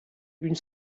une